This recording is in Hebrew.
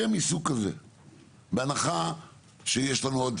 בהנחה שיש לנו עוד